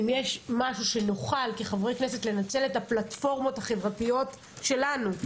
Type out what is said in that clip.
אם יש משהו שנוכל כחברי כנסת לנצל את הפלטפורמות החברתיות שלנו,